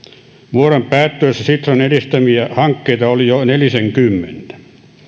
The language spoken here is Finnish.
vuoden päättyessä sitran edistämiä hankkeita oli jo nelisenkymmentä